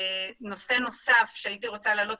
נושא נוסף שהייתי רוצה להעלות